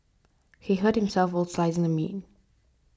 he hurt himself while slicing the meat